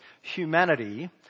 humanity